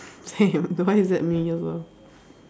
same that me also